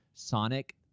Sonic